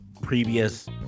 previous